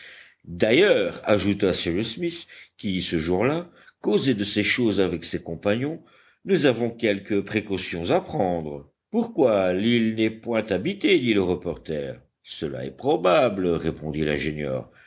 d'ailleurs ajouta cyrus smith qui ce jour-là causait de ces choses avec ses compagnons nous avons quelques précautions à prendre pourquoi l'île n'est point habitée dit le reporter cela est probable répondit l'ingénieur